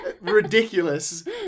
ridiculous